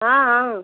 हाँ हाँ